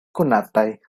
konataj